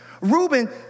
reuben